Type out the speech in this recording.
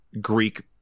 Greek